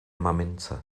mamince